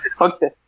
Okay